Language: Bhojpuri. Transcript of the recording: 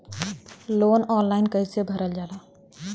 लोन ऑनलाइन कइसे भरल जाला?